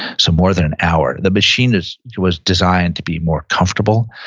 so more than an hour. the machine was was designed to be more comfortable,